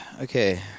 Okay